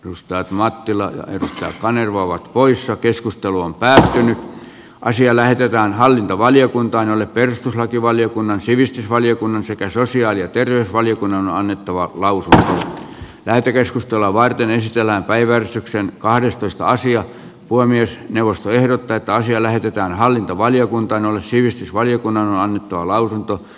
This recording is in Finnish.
ruskeat mattila ei koske häneen ovat poissa keskustelu on päätynyt asia lähetetään hallintovaliokunta perustuslakivaliokunnan sivistysvaliokunnan sekä sosiaali ja terveysvaliokunnan annettava lausu lähetekeskustelua varten ei sisällä päiväystyksen kahdestoista sija puhemies jaosto ehdottaa että asia lähetetään hallintovaliokunta on sivistysvaliokunnan lausunto